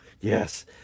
yes